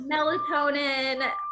melatonin